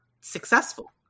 successful